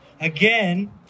again